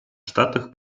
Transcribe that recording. штатах